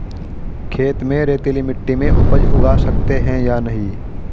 खेत में रेतीली मिटी में उपज उगा सकते हैं या नहीं?